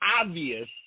obvious